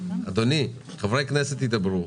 חליף למה שלא התכוונו,